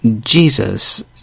Jesus